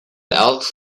elks